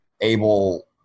able